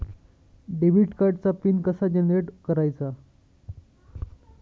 Debit कार्डचा PIN कसा generate करायचा?